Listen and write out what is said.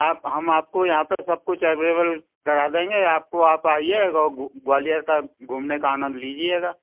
आप हम आपको यहाँ पर सब कुछ एवलेबल करा देंगे आपको आप आइए ग्वालियर का घूमने का आनन्द लीजिएगा